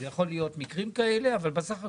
יכולים להיות מקרים כאלה, אבל בסך הכול,